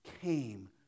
came